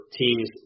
teams